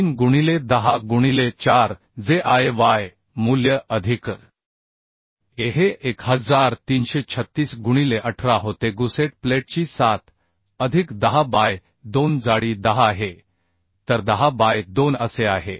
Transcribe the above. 3 गुणिले 10 गुणिले 4 जे I y मूल्य अधिक a हे 1336 गुणिले 18 होते गुसेट प्लेटची 7 अधिक 10 बाय 2 जाडी 10 आहे तर 10 बाय 2 असे आहे